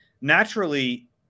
naturally